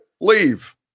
leave